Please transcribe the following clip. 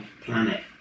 planet